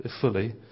fully